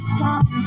time